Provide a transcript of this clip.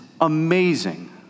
amazing